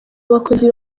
abakozi